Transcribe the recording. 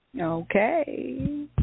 Okay